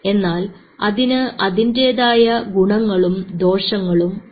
എന്നാൽ അതിന് അതിൻറെതായ ഗുണങ്ങളും ദോഷങ്ങളും ഉണ്ട്